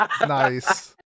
Nice